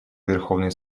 верховный